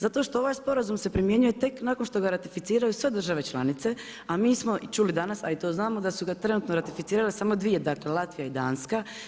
Zato što ovaj sporazum se primjenjuje tek nakon što ga ratificiraju sve države članice, a mi smo čuli danas a i to znamo da su ga trenutno ratificirale samo dvije, dakle Latvija i Danska.